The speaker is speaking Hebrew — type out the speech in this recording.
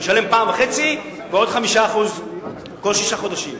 הוא משלם פעם וחצי ועוד 5% כל שישה חודשים.